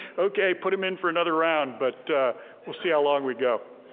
okay, put him in for another round, but we'll see how long we go.